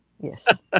Yes